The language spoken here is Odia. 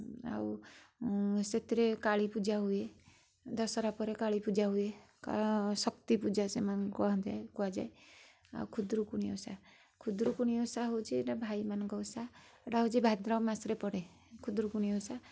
ଆଉ ସେଥିରେ କାଳୀ ପୂଜା ହୁଏ ଦଶହରା ପରେ କାଳୀ ପୂଜା ହୁଏ ଶକ୍ତି ପୂଜା ସେମାନଙ୍କୁ କୁହାଯାଏ ଆଉ ଖୁଦୁରୁକୁଣୀ ଓଷା ଖୁଦୁରୁକୁଣୀ ଓଷା ହେଉଛି ଭାଇମାନଙ୍କ ଓଷା ଏଇଟା ହେଉଛି ଭାଦ୍ରବ ମାସରେ ପଡ଼େ ଖୁଦୁରୁକୁଣୀ ଓଷା